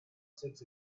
six